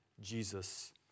Jesus